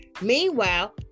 Meanwhile